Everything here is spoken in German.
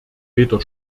weder